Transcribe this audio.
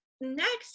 next